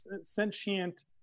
sentient